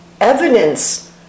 evidence